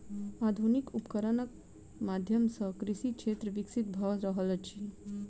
आधुनिक उपकरणक माध्यम सॅ कृषि क्षेत्र विकसित भ रहल अछि